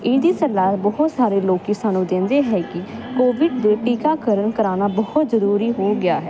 ਇਹਦੀ ਸਲਾਹ ਬਹੁਤ ਸਾਰੇ ਲੋਕੀ ਸਾਨੂੰ ਦਿੰਦੇ ਹੈ ਕੀ ਕੋਵਿਡ ਦੇ ਟੀਕਾਕਰਨ ਕਰਾਣਾ ਬਹੁਤ ਜਰੂਰੀ ਹੋ ਗਿਆ ਹੈ